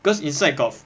because inside got